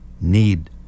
need